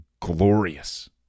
glorious